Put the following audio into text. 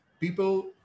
people